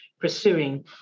pursuing